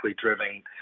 driven